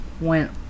went